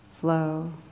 flow